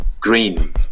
Green